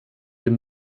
dem